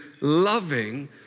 loving